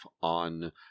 on